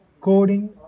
Coding